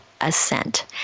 ascent